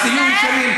אז תהיו ישרים.